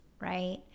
right